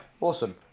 Awesome